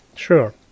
Sure